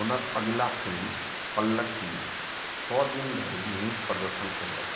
हुनक अगिला फिल्म पल्लक्की सओ दिन धरि नीक प्रदर्शन कयलक